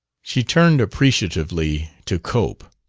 she turned appreciatively to cope.